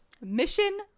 Mission